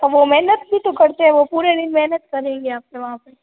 तो वो मेहनत भी तो करते हैं वो पूरे दिन मेहनत करेंगे आपके वहाँ पे